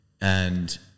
and-